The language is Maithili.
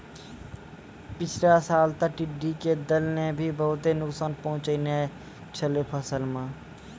पिछला साल तॅ टिड्ढी के दल नॅ भी बहुत नुकसान पहुँचैने छेलै फसल मॅ